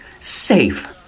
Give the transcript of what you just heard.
safe